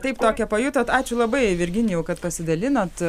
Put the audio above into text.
taip tokią pajutot ačiū labai virginijau kad pasidalinot